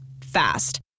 Fast